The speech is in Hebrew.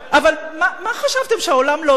אבל מה חשבתם, שהעולם לא יראה?